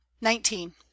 Nineteen